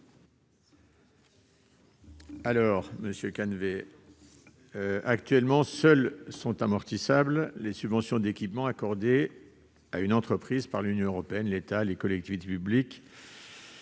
commission ? Actuellement, seules sont amortissables les subventions d'équipement accordées à une entreprise par l'Union européenne, l'État ou les collectivités publiques.